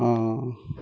ହଁ